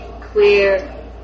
clear